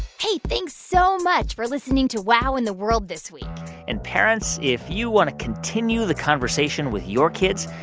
hey. thanks so much for listening to wow in the world this week and, parents, if you want to continue the conversation with your kids,